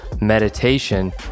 meditation